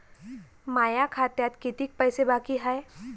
माया खात्यात कितीक पैसे बाकी हाय?